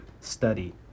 study